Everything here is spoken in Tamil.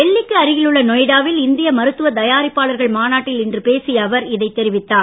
டெல்லி க்கு அருகில் உள்ள நொய்டா வில் இந்திய மருந்து தயாரிப்பாளர்கள் மாநாட்டில் இன்று பேசிய அவர் இதைத் தெரிவித்தார்